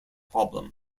problem